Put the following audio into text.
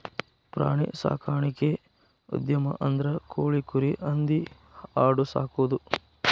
ಪ್ರಾಣಿ ಸಾಕಾಣಿಕಾ ಉದ್ಯಮ ಅಂದ್ರ ಕೋಳಿ, ಕುರಿ, ಹಂದಿ ಆಡು ಸಾಕುದು